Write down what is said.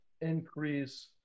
increase